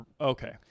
Okay